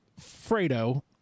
Fredo